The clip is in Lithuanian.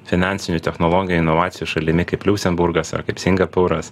finansinių technologijų inovacijų šalimi kaip liuksemburgas ar kaip singapūras